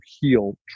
heal